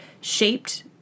shaped